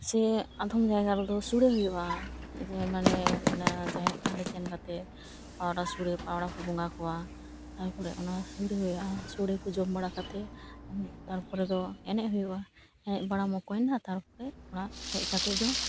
ᱥᱮ ᱟᱫᱷᱚᱢ ᱡᱟᱭᱜᱟ ᱨᱮᱫᱚ ᱥᱚᱲᱮ ᱦᱩᱭᱩᱜᱼᱟ ᱢᱟᱱᱮ ᱡᱟᱦᱮᱨ ᱛᱷᱟᱱ ᱞᱮ ᱥᱮᱱ ᱠᱟᱛᱮ ᱯᱟᱣᱲᱟ ᱥᱚᱲᱮ ᱯᱟᱣᱲᱟ ᱠᱚ ᱵᱚᱸᱜᱟ ᱠᱚᱣᱟ ᱛᱟᱨᱯᱚᱨᱮ ᱚᱱᱟ ᱥᱚᱲᱮ ᱦᱩᱭᱩᱜᱼᱟ ᱥᱚᱲᱮ ᱠᱚ ᱡᱚᱢ ᱵᱟᱲᱟ ᱠᱟᱛᱮ ᱛᱟᱨᱯᱚᱨᱮ ᱫᱚ ᱮᱱᱮᱡ ᱦᱩᱭᱩᱜᱼᱟ ᱮᱱᱮᱡ ᱵᱟᱲᱟᱢ ᱢᱚᱠᱚᱧ ᱮᱱᱟ ᱛᱟᱨᱯᱚᱨᱮ ᱚᱲᱟᱜ ᱦᱮᱡ ᱠᱟᱛᱮ ᱫᱚ